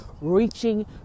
reaching